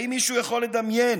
האם מישהו יכול לדמיין